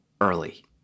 early